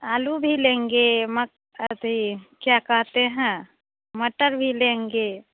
आलू भी लेंगे मक्का एथि क्या कहते हैं मटर भी लेंगे